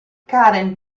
karen